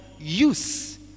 use